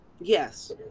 Yes